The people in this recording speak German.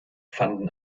fanden